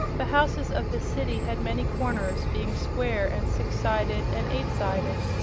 the houses of this city had many corners, being square and six-sided and eight-sided.